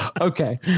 okay